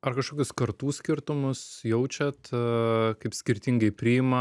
ar kažkokius kartų skirtumus jaučiat kaip skirtingai priima